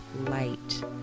light